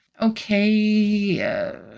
Okay